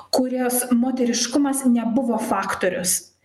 kurios moteriškumas nebuvo faktorius